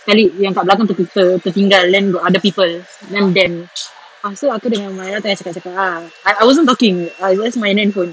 sekali yang kat belakang tu tertinggal then got other people then them ah lepas tu aku dengan humairah tengah cakap cakap ah I I wasn't talking I was on my handphone